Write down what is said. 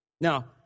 Now